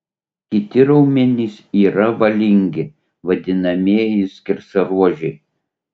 kiti raumenys yra valingi vadinamieji skersaruožiai